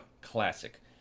classic